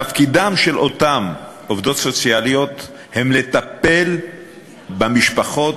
תפקידן של אותן עובדות סוציאליות הוא לטפל במשפחות